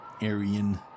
Aryan